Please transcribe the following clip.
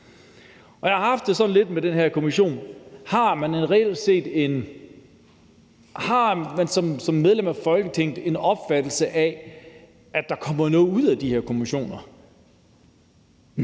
Jeg har haft det sådan lidt med den her kommission, om man som medlem af Folketinget har en opfattelse af, at der kommer noget ud af de her kommissioner?